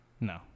No